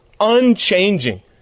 unchanging